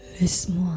Laisse-moi